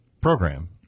program